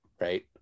right